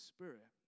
Spirit